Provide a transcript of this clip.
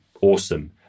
Awesome